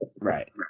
Right